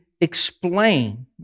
explain